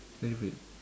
eh wait